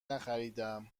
نخریدهام